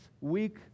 week